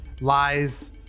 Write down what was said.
lies